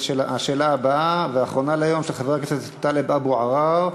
השאילתה הבאה והאחרונה להיום היא של חבר הכנסת טלב אבו עראר,